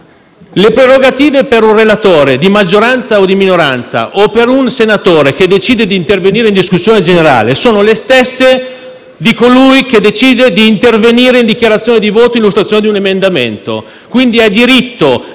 le prerogative per un relatore di maggioranza o di minoranza o per un senatore che decide di intervenire in discussione generale sono le stesse di colui che decide di intervenire in dichiarazione di voto o illustrazione di un emendamento. È quindi diritto